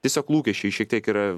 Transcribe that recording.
tiesiog lūkesčiai šiek tiek yra